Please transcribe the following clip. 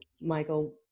Michael